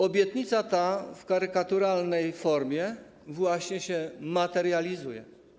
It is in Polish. Obietnica ta w karykaturalnej formie właśnie się materializuje.